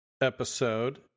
episode